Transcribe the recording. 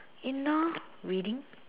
indoor reading